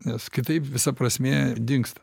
nes kitaip visa prasmė dingsta